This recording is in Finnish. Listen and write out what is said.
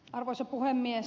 arvoisa puhemies